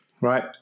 right